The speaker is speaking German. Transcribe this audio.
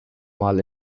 mal